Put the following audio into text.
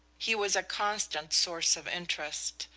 he was a constant source of interest,